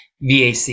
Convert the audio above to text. VAC